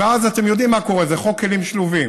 ואז, אתם יודעים מה קורה, זה חוק כלים שלובים: